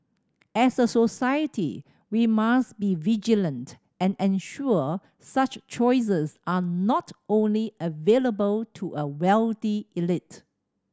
as a society we must be vigilant and ensure such choices are not only available to a wealthy elite